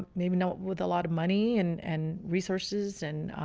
maybe not with a lot of money and and resources and,